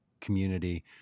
community